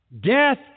Death